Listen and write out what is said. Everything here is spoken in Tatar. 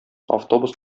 автобус